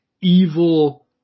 evil